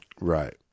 Right